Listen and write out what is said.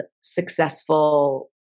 successful